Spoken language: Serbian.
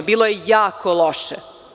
Bilo je jako loše.